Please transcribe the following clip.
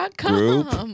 group